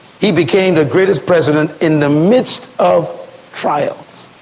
he became the greatest president, in the midst of trials.